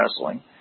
wrestling